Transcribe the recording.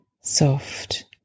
Soft